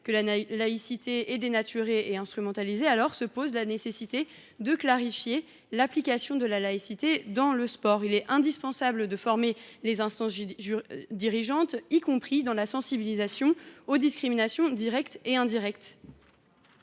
même la laïcité est dénaturée et instrumentalisée, alors s’impose la nécessité de clarifier l’application de ce principe dans le sport. Il est indispensable de former les instances dirigeantes, notamment en les sensibilisant aux discriminations, directes et indirectes.